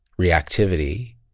reactivity